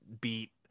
beat